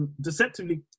deceptively